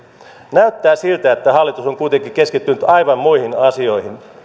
näyttää siltä että hallitus on kuitenkin keskittynyt aivan muihin asioihin